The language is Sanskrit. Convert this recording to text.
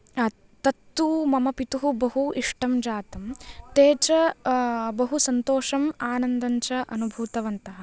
तत्तु मम पितुः बहु इष्टं जातं ते च बहु सन्तोषम् आनन्दम् च अनुभूतवन्तः